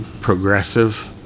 progressive